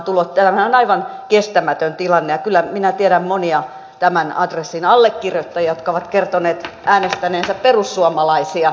tämähän on aivan kestämätön tilanne ja kyllä minä tiedän monia tämän adressin allekirjoittajia jotka ovat kertoneet äänestäneensä perussuomalaisia